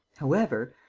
however,